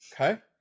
Okay